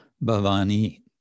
Bhavani